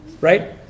right